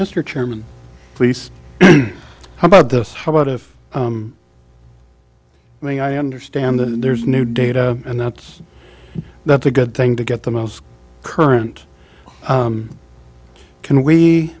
mr chairman please how about this how about if i mean i understand that there's new data and that's that's a good thing to get the most current can we